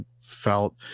felt